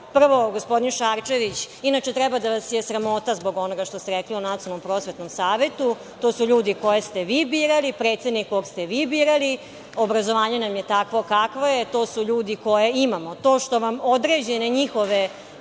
prvo, gospodine Šarčević, treba da vas je sramota zbog onoga što ste rekli o Nacionalnom prosvetnom savetu. To su ljudi koje ste vi birali, predsednik kog ste vi birali. Obrazovanje nam je takvo kakvo je. To su ljudi koje imamo. To što vam određene njihove